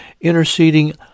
interceding